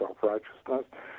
self-righteousness